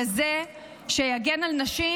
כזה שיגן על נשים,